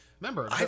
Remember